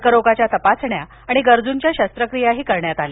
कर्करोगाच्या तपासण्या आणि गरजूंच्या शस्त्रक्रियाही करण्यात आल्या